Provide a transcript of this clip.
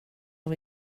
och